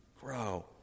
grow